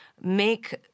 make